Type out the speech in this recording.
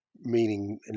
meaning